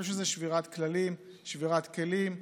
אני חושב שזה שבירת כללים, שבירת כלים.